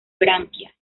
branquias